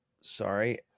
sorry